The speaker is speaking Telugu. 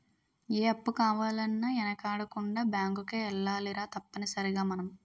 ఏ అప్పు కావాలన్నా యెనకాడకుండా బేంకుకే ఎల్లాలిరా తప్పనిసరిగ మనం